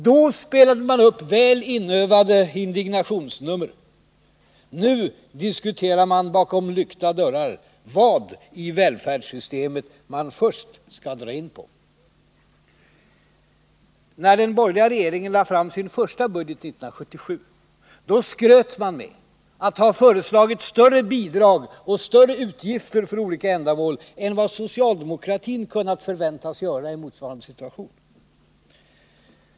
Då spelade man upp väl inövade indignationsnummer — nu diskuterar man bakom lyckta dörrar vad i välfärdssystemet man först skall dra in på. När den borgerliga regeringen lade fram sin första budget 1977, skröt man med att ha föreslagit större bidrag och större utgifter för olika ändamål än vad | socialdemokratin kunnat förväntas göra i motsvarande situation.